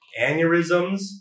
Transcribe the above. Aneurysms